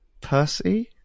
Percy